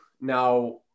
now